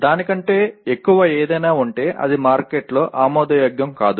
దాని కంటే ఎక్కువ ఏదైనా ఉంటే అది మార్కెట్లో ఆమోదయోగ్యం కాదు